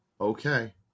Okay